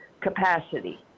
capacity